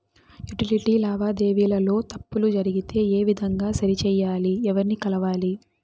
Utility లావాదేవీల లో తప్పులు జరిగితే ఏ విధంగా సరిచెయ్యాలి? ఎవర్ని కలవాలి?